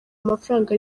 amafaranga